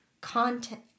Content